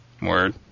Word